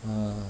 err